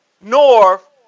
north